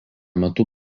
metu